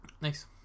Nice